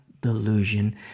delusion